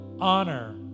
honor